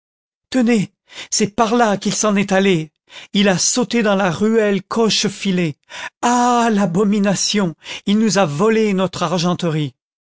tenez c'est par là qu'il s'en est allé il a sauté dans la ruelle cochefilet ah l'abomination il nous a volé notre argenterie